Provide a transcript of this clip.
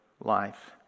life